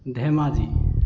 Dhemaji